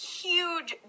huge